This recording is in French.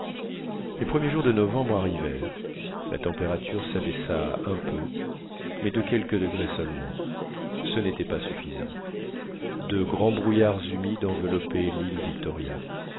les premiers jours de novembre arrivèrent la température s'abaissa un peu mais de quelques degrés seulement ce n'était pas suffisant de grands brouillards humides enveloppaient l'île victoria